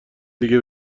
دیگه